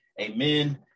Amen